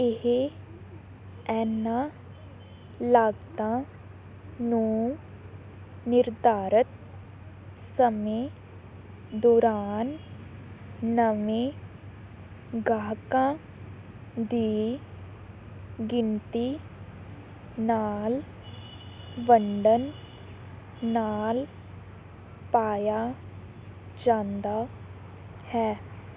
ਇਹ ਇਨ੍ਹਾਂ ਲਾਗਤਾਂ ਨੂੰ ਨਿਰਧਾਰਤ ਸਮੇਂ ਦੌਰਾਨ ਨਵੇਂ ਗਾਹਕਾਂ ਦੀ ਗਿਣਤੀ ਨਾਲ ਵੰਡਣ ਨਾਲ ਪਾਇਆ ਜਾਂਦਾ ਹੈ